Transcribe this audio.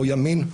ימין,